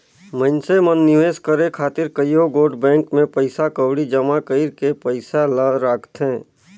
मइनसे मन निवेस करे खातिर कइयो गोट बेंक में पइसा कउड़ी जमा कइर के पइसा ल राखथें